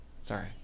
Sorry